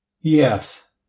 Yes